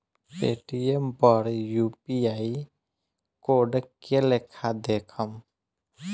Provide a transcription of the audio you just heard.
Paytm पर UPI code के लेखा देखम?